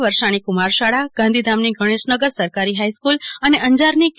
વરસાણી કુમાર શાળા ગાંધીધામની ગણેશનગર સરકારી હાઇસ્કૂલ અને અંજારની કે